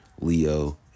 Leo